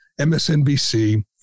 MSNBC